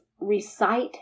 recite